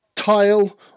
tile